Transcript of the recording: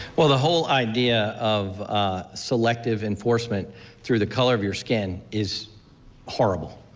but the whole idea of selective enforcement through the color of your skin is horrible.